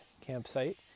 campsite